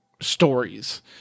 stories